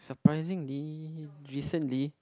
surprisingly recently